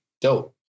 Dope